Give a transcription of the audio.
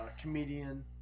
comedian